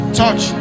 touch